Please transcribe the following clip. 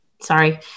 Sorry